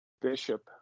Bishop